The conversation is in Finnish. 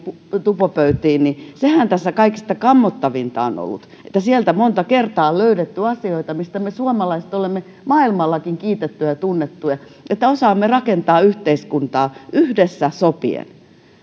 tupopöytiin niin sehän tässä kaikista kammottavinta on ollut että sieltä monta kertaa on löydetty asioita joista me suomalaiset olemme maailmallakin kiitettyjä ja tunnettuja että osaamme rakentaa yhteiskuntaa yhdessä sopien